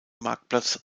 marktplatz